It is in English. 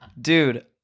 dude